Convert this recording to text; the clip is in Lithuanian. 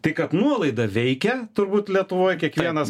tai kad nuolaida veikia turbūt lietuvoj kiekvienas